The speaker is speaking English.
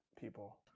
people